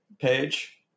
page